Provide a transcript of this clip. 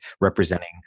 representing